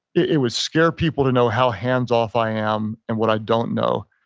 it it would scare people to know how hands off i am and what i don't know.